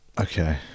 Okay